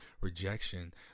rejection